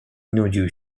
nudził